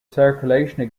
circulation